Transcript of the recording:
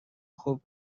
خوب